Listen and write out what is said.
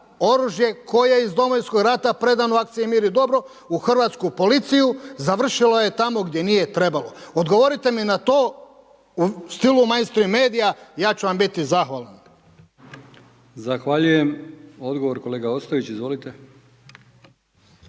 oružje koje iz Domovinskog rata predano u akciji „Mir i dobro“ u hrvatsku policiju, završilo je tamo gdje nije trebalo. Odgovorite mi na to u stilu mein strim media, ja ću vam biti zahvalan. **Brkić, Milijan (HDZ)** Zahvaljujem. Odgovor kolega Ostojić. Izvolite.